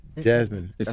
Jasmine